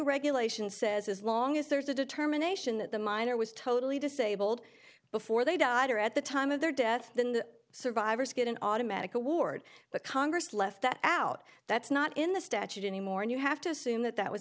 regulations says as long as there's a determination that the minor was totally disabled before they died or at the time of their death then the survivors get an automatic award but congress left that out that's not in the statute anymore and you have to assume that that was